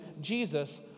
Jesus